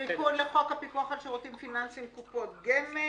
יש בו תיקון לחוק הפיקוח על שירותים פיננסיים (קופות גמל),